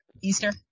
Easter